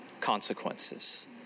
consequences